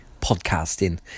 podcasting